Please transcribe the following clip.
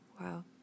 Wow